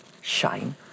shine